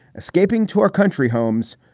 escaping to our country homes.